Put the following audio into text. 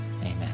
Amen